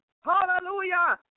Hallelujah